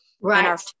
Right